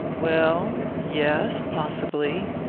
well, yes possibly.